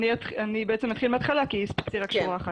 אני אתחיל מהתחלה כי הסברתי רק שורה אחת.